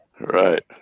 Right